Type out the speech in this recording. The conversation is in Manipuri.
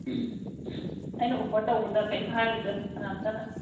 ꯑꯩꯅ ꯑꯣꯐꯔ ꯇꯧꯕꯗ ꯀꯔꯤꯝ ꯍꯥꯏꯔꯣꯏꯗ ꯀꯅꯥꯝꯇꯅ